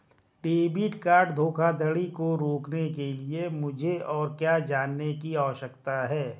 Debit card धोखाधड़ी को रोकने के लिए मुझे और क्या जानने की आवश्यकता है?